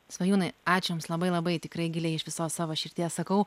svajūnai ačiū jums labai labai tikrai giliai iš visos savo širdies sakau